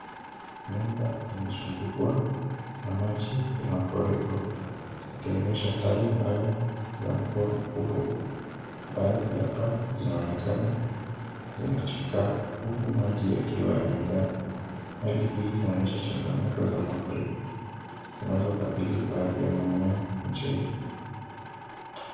Nyumba imezungukwa na maji ya mafuriko, ikionyesha athari mbaya za mvua mkubwa. Baadhi ya paa zinaonekana zimechakaa, huku maji yakiwa yamejaa. Hali hii inaonyesha changamoto za mafuriko, zinazokabili baadhi ya maeneo nchini.